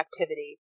activity